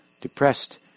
depressed